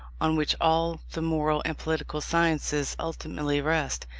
on which all the moral and political sciences ultimately rest,